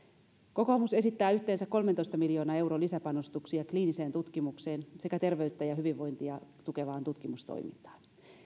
kokoomus esittää yhteensä kolmentoista miljoonan euron lisäpanostuksia kliiniseen tutkimukseen sekä terveyttä ja hyvinvointia tukevaan tutkimustoimintaan